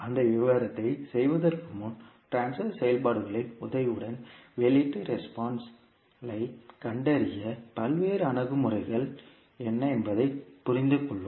அந்த விவரத்திற்குச் செல்வதற்கு முன் ட்ரான்ஸ்பர் செயல்பாடுகளின் உதவியுடன் வெளியீட்டு ரெஸ்பான்ஸ் லைக் கண்டறிய பல்வேறு அணுகுமுறைகள் என்ன என்பதைப் புரிந்துகொள்வோம்